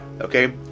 Okay